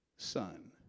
son